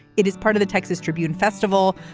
it is part of the texas tribune festival.